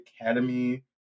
Academy